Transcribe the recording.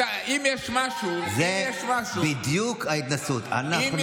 אם יש משהו, זה בדיוק ההתנשאות: אנחנו